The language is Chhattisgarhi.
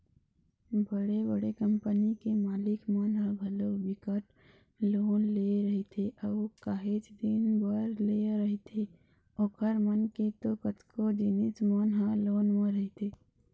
बड़े बड़े कंपनी के मालिक मन ह घलोक बिकट लोन ले रहिथे अऊ काहेच दिन बर लेय रहिथे ओखर मन के तो कतको जिनिस मन ह लोने म रहिथे